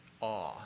awe